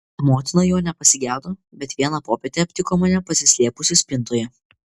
motina jo nepasigedo bet vieną popietę aptiko mane pasislėpusį spintoje